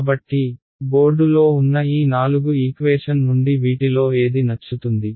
కాబట్టి బోర్డులో ఉన్న ఈ నాలుగు ఈక్వేషన్ నుండి వీటిలో ఏది నచ్చుతుంది